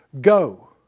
Go